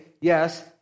yes